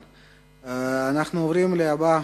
אנחנו עוברים לנושא הבא: